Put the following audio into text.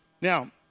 Now